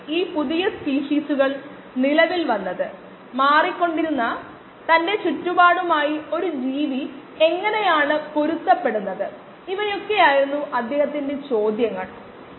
ഈ വൈദഗ്ദ്ധ്യം നേടേണ്ടത് നമുക്ക് ആവശ്യമാണ് കാരണം ഇത് ഈ തൊഴിലിന് ആവശ്യമാണ്